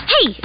Hey